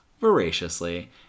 voraciously